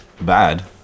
Bad